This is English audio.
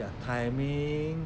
the timing